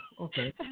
Okay